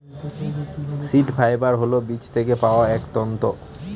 seed fibre হল বীজ থেকে পাওয়া এক তন্তু